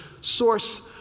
source